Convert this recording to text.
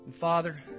Father